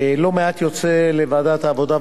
לא מעט יוצא לוועדת העבודה,